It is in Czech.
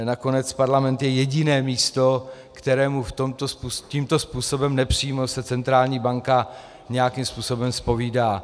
Nakonec parlament je jediné místo, kterému tímto způsobem nepřímo se centrální banka nějakým způsobem zpovídá.